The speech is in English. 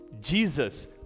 Jesus